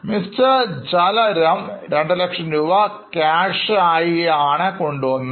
Mr Jala Ram 200000 രൂപ cash ആയി ആണ് കൊണ്ടുവന്നത്